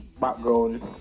background